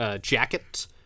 jacket